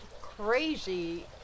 crazy